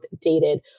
dated